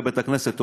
לבית-הכנסת,